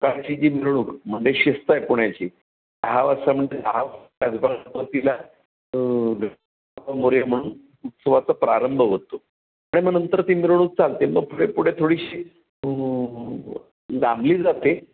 मिरवणूक म्हणजे शिस्त आहे पुण्याची दहा वाजता म्हणजे मोरया म्हणून उत्सवाचा प्रारंभ होतो आणि मग नंतर ती मिरवणूक चालते मग पुढे पुढे थोडीशी दाबली जाते